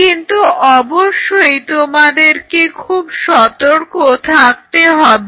কিন্তু অবশ্যই তোমাদেরকে খুব সতর্ক থাকতে হবে